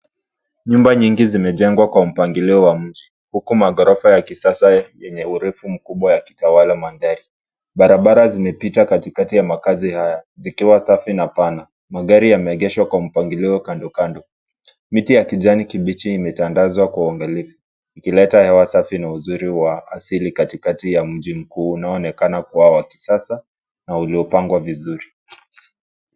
Nyumba nyingi zimejengwa kwa mpangilio wa mji, huku maghorofa ya kisasa yenye urefu mkubwa yakitawala mandhari. Barabara zimepita katikati ya makazi haya zikiwa safi na pana, magari yameegeshwa kwa mpangilio kando kando. Miti ya kijani kibichi imetandazwa kwa uangalifu, ikileta hewa safi na uzuri wa asili katikati ya mji mkuu unaoonekana kuwa wa kisasa na uliopangwa vizuri.